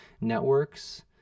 networks